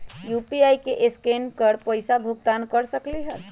UPI से scan कर पईसा भुगतान कर सकलीहल?